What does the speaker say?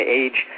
age